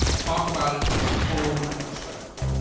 talk about it from your own perspective,